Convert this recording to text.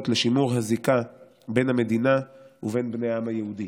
לשימור הזיקה בין המדינה ובין בני העם היהודי".